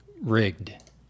rigged